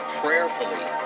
prayerfully